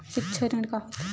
सिक्छा ऋण का होथे?